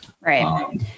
Right